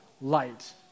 light